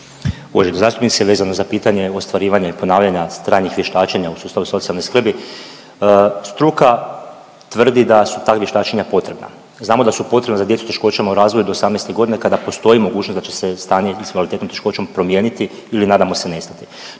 Uvažena zastupnice. Vezano za pitanje ostvarivanja i ponavljanja stranih vještačenja u sustavu socijalne skrbi, struka tvrdi da su ta vještačenja potrebna. Znamo da su potrebna s djecu s teškoćama u razvoju do 18 godine kada postoji mogućnost da će se stanje … teškoćom promijeniti ili nadamo se nestati.